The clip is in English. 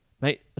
Mate